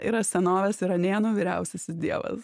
yra senovės iranėnų vyriausiasis dievas